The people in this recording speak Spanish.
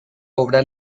obra